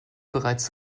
bereits